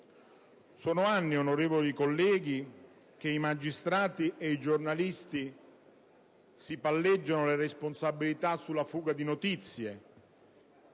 Sono anni, onorevoli colleghi, che i magistrati e i giornalisti si palleggiano le responsabilità sulla fuga di notizie,